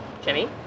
Jimmy